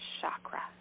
chakra